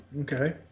Okay